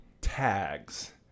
tags